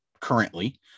currently